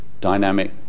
dynamic